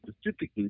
specifically